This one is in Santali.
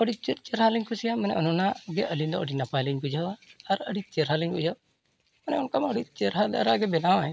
ᱟᱹᱰᱤ ᱪᱮᱫ ᱪᱮᱨᱦᱟᱞᱤᱧ ᱠᱩᱥᱤᱭᱟᱜᱼᱟ ᱢᱟᱱᱮ ᱚᱱᱼᱚᱱᱟᱜᱮ ᱟᱹᱞᱤᱧ ᱫᱚ ᱟᱹᱰᱤ ᱱᱟᱯᱟᱭᱞᱤᱧ ᱵᱩᱡᱷᱟᱹᱣᱟ ᱟᱨ ᱟᱹᱰᱤ ᱪᱮᱨᱦᱟᱞᱤᱧ ᱵᱩᱡᱟ ᱚᱱᱮ ᱚᱱᱠᱟᱢᱟ ᱟᱹᱰᱤ ᱪᱮᱨᱦᱟ ᱫᱷᱟᱨᱟᱜᱮ ᱵᱮᱱᱟᱣᱟᱭ